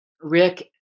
Rick